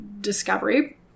discovery